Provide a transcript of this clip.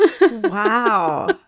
Wow